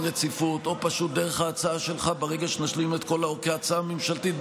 רציפות או פשוט דרך ההצעה שלך או כהצעה ממשלתית,